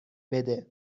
بده